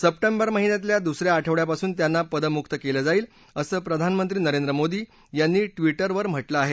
September महिन्यातल्या दुसऱ्या आठवड्यापासून त्यांना पदमुक्त केलं जाईल असं प्रधानमंत्री नरेंद्र मोदी यांनी ट्विटरवर म्हटलं आहे